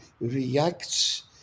reacts